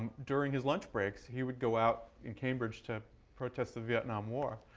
during his lunch breaks, he would go out in cambridge to protest the vietnam war.